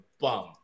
bum